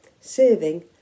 serving